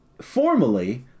formally